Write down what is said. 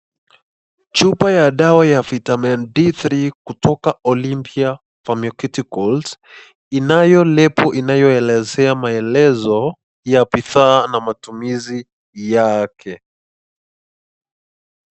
Chupa ya dawa ya [Vitamin D3] kutoka Olympia Pharmaceuticals inayo [label] inayoelezaea maelezo ya bidhaa na matumizi yake.